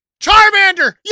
Charmander